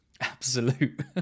absolute